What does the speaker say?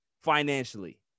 financially